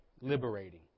liberating